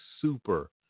super